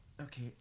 Okay